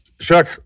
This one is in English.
Chuck